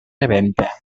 rebenta